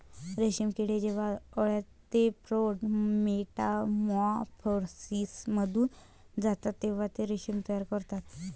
रेशीम किडे जेव्हा अळ्या ते प्रौढ मेटामॉर्फोसिसमधून जातात तेव्हा ते रेशीम तयार करतात